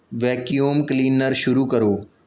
vacuum cleaner ਸ਼ੁਰੂ ਕਰੋ